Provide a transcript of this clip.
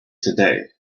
today